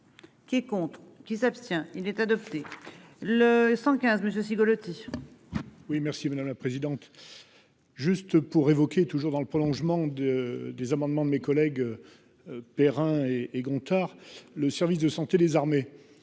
Qui compte qui s'abstient. Il est adopté le 115 messieurs Cigolotti. Oui merci ben à la présidente. Juste pour évoquer, toujours dans le prolongement de des amendements de mes collègues. Perrin et et Gontard. Le service de santé des armées.